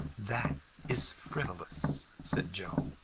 that is frivolous, said joe,